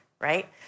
right